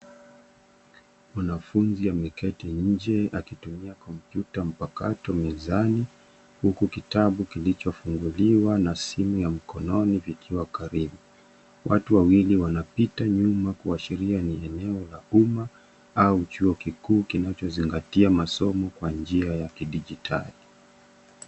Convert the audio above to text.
Mwanafunzi ameketi nje akitumia kompyuta mpakato mezani huku kitabu kilichofunguliwa na simu ya mkononi vikiwa karibu. Watu wawili wanapita nyuma kuashiria ni eneo la umma au chuo kikuu kinachozingatia masomo kwa njia ya kidijitali.